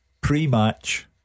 pre-match